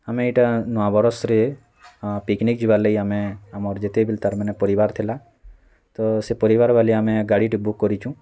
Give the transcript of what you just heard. ଆମେ ଏଇଟା ନୂଆ ବରଷ୍ରେ ପିକନିକ୍ ଯିବାର୍ ଲାଗି ଆମେ ଆମର୍ ଯେତେବେଲେ ତା'ର୍ମାନେ ପରିବାର୍ ଥିଲା ତ ସେ ପରିବାର୍ ବାଲି ଆମେ ଗାଡ଼ିଟେ ବୁକ୍ କରିଛୁଁ